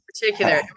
particular